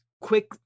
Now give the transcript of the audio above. quick